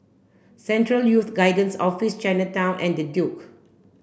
Central Youth Guidance Office Chinatown and The Duke